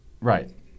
right